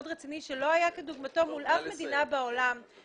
שלא היה כדוגמתו מול אף מדינה בעולם,